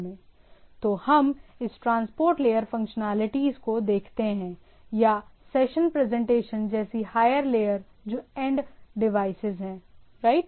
तो हम इस ट्रांसपोर्ट लेयर फ़ंक्शनलिटीज़ को देखते हैं या सेशन प्रेजेंटेशन जैसी हायर लेयर जो एंड डिवाइसेज हैं राइट